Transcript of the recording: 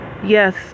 Yes